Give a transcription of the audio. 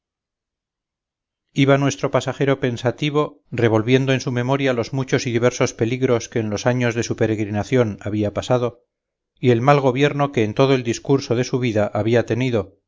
iba nuestro pasajero pensativo revolviendo en su memoria los muchos y diversos peligros que en los años de su peregrinación había pasado y el mal gobierno que en todo el discurso de su vida había tenido